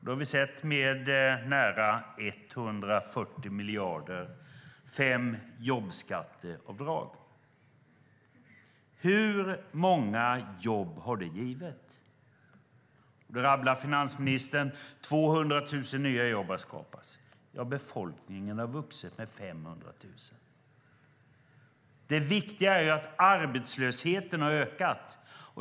De har nu sänkts med nära 140 miljarder, och fem jobbskatteavdrag har genomförts. Hur många jobb har det givit? Finansministern rabblar upp att 200 000 nya jobb har skapats. Men befolkningen har vuxit med 500 000. Det viktiga är att arbetslösheten har ökat.